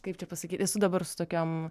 kaip čia pasakyt esu dabar su tokiom